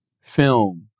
film